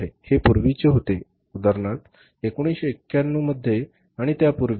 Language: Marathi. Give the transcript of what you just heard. हे पूर्वीचे होते उदाहरणार्थ 1991 मध्ये आणि त्यापूर्वी